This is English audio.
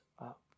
up